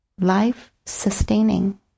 life-sustaining